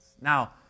Now